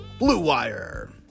BLUEWIRE